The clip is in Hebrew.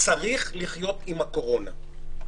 צריך לחיות עם הקורונה.